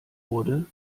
wurde